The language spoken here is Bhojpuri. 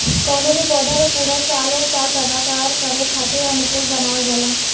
कवनो भी पौधा के पूरा सालो साल पैदावार करे खातीर अनुकूल बनावल जाला